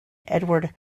edward